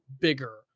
bigger